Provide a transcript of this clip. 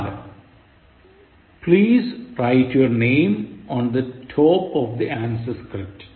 നാല് Please write your name on the top of the answer script